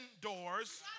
doors